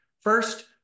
First